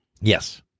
yes